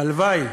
הלוואי.